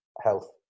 health